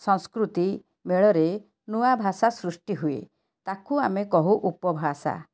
ସଂସ୍କୃତି ମେଳରେ ନୂଆ ଭାଷା ସୃଷ୍ଟି ହୁଏ ତାକୁ ଆମେ କହୁ ଉପଭାଷା